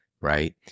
right